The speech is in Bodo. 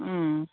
उम